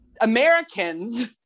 Americans